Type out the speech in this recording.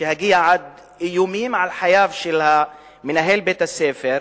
שהגיע עד לאיומים על חייו של מנהל בית-הספר,